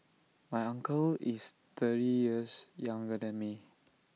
my uncle is thirty years younger than me